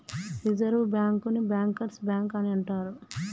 reserve బ్యాంకుని bankers bank అని అంటరు